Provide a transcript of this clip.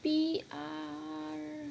P_R